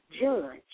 judge